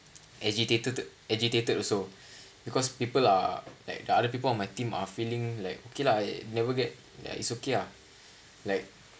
agitated agitated also because people are like the other people on my team are feeling like okay lah never get like it's okay lah like